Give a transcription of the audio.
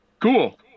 cool